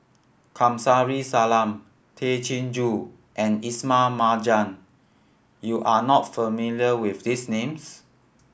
Kamsari Salam Tay Chin Joo and Ismail Marjan you are not familiar with these names